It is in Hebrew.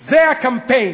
זה הקמפיין.